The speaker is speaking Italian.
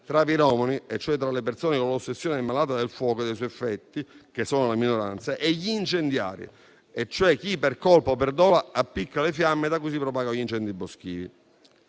tra piromani, cioè le persone con l'ossessione malata del fuoco e dei suoi effetti (la minoranza), e incendiari, cioè chi per colpa o per dolo appicca le fiamme da cui si propagano gli incendi boschivi.